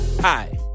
Hi